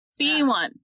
B1